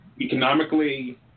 economically